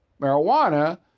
marijuana